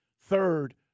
Third